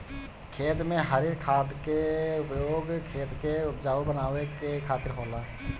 खेत में हरिर खाद के उपयोग खेत के उपजाऊ बनावे के खातिर होला